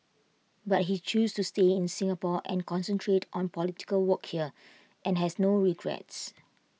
but he chose to stay in Singapore and concentrate on political work here and has no regrets